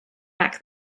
back